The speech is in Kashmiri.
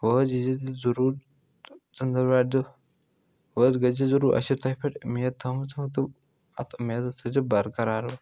وۅنۍ حظ ییٖزیٚو تُہۍ ضروٗر ژٔنٛدٕروار دۄہ وۅنۍ حظ گٔژھۍزِ ضروٗر اَسہِ چھِ تۄہہِ پٮ۪ٹھ اُمید تھٲومٕژ تہٕ اَتھ اُمیدَس تھٲیزیٚو بَرقرار